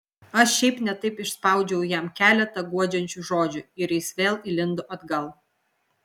aš šiaip ne taip išspaudžiau jam keletą guodžiančių žodžių ir jis vėl įlindo atgal